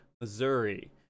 Missouri